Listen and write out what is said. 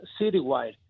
citywide